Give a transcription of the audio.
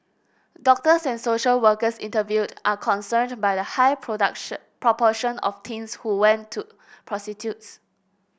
doctors and social workers interviewed are concerned by the high proportion of teens who went to prostitutes